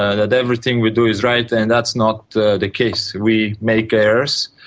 ah that everything we do is right, and that's not the the case, we make errors,